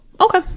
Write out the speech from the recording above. Okay